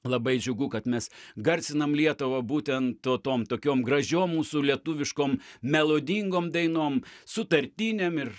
labai džiugu kad mes garsinam lietuvą būtent to tom tokiom gražiom mūsų lietuviškom melodingom dainom sutartinėm ir